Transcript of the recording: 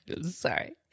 Sorry